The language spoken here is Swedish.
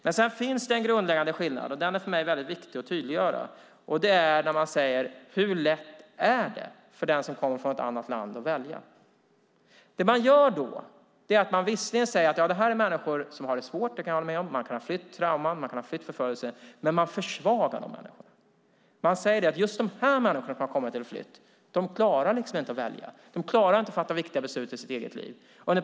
Det finns en grundläggande skillnad som för mig är väldigt viktig att tydliggöra. Man säger: Hur lätt är det att välja för den som kommer från ett annat land? Man säger att det är människor som har det svårt, vilket jag kan hålla med om. De kan ha flytt trauman eller förföljelse. Men man försvagar de människorna. Man säger att just dessa människor som har flytt inte klarar att välja. De klarar inte att fatta viktiga beslut för sitt eget liv.